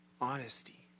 Honesty